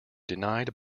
denied